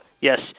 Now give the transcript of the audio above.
Yes